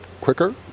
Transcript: quicker